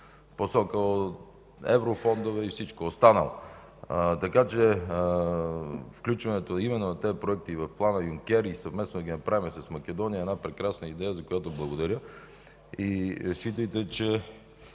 посока еврофондове и всичко останало. Така че включването именно на тези проекти в Плана Юнкер и съвместно да ги направим с Македония е една прекрасна идея, за която благодаря. Считайте, и